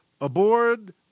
aboard